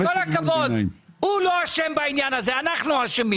עם כל הכבוד, הוא לא אשם בעניין הזה, אנחנו אשמים.